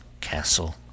castle